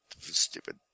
stupid